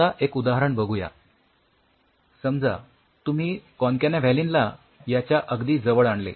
आता एक उदाहरण बघूया समजा तुम्ही कॉनकॅनाव्हॅलीनला याच्या अगदी जवळ आणले